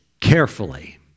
carefully